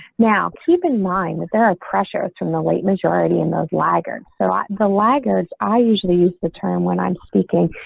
now keep in mind, is there a pressure from the late majority and those laggard so um the laggards i usually use the term when i'm speaking,